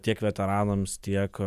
tiek veteranams tiek